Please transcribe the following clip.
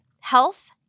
health